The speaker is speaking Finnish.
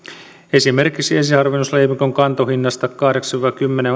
esimerkiksi ensiharvennusleimikon kantohinnasta kahdeksan viiva kymmenen